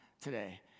today